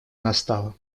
настало